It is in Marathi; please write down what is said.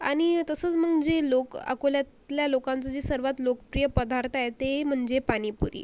आणि तसंच मग जे लोक अकोल्यातल्या लोकांचं जे सर्वांत लोकप्रिय पदार्थ आहे ते म्हणजे पाणीपुरी